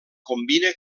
combina